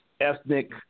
ethnic